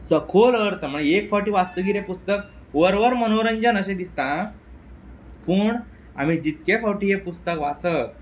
सखोल अर्थ म्हळ्यार एक फावटी वाचतकीर पुस्तक वरभर मनोरंजन अशें दिसता पूण आमी जितके फावटी हें पुस्तक वाचत